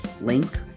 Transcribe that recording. link